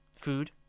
food